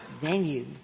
venue